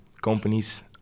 companies